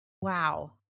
Wow